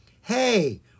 Hey